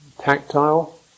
Tactile